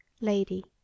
Lady